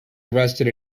arrested